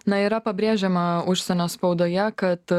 na yra pabrėžiama užsienio spaudoje kad